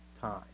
time